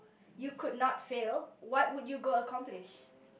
you could not fail what would you go accomplish